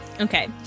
Okay